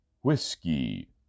Whiskey